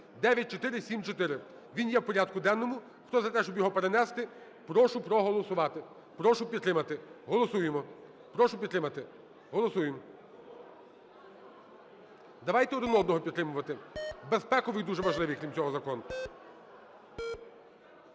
(9474). Він є в порядку денному. Хто за те, щоб його перенести, прошу проголосувати, прошу підтримати. Голосуємо, прошу підтримати, голосуємо. Давайте один одного підтримувати. Безпековий дуже важливий, крім цього, закон.